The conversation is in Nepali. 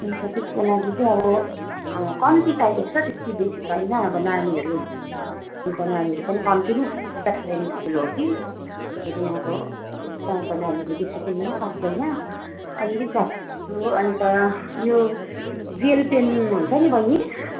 अन्त त्यसको लागि चाहिँ अब कम्ती चाहिएको छ त्यति बेसी त होइन अब नानीहरू स्कुलको नानीहरू पनि कम्ती नै प्राइमेरी स्कुल हो कि फेरि अब गाउँको नानीहरूले बेसी किन्नु पनि सक्दैन अलिअलि अन्त यो जेल पेन हुन्छ नि बैनी